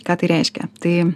ką tai reiškia tai